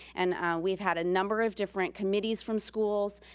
and we've had a number of different committees from schools,